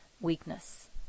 weakness